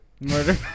Murder